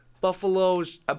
Buffaloes